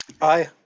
Aye